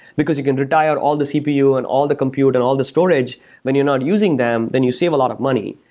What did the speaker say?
because you can redial all the cpu and all the compute and all the storage when you're not using them, then you save a lot of money.